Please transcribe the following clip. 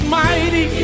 mighty